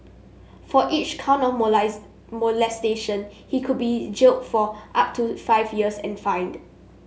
for each count of molestation he could be jailed for up to five years and fined